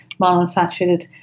monounsaturated